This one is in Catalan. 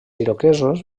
iroquesos